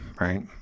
right